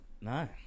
No